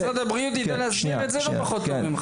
משרד הבריאות יודע להסביר את זה לא פחות ממך.